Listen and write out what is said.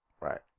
Right